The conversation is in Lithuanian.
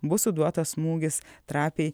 bus suduotas smūgis trapiai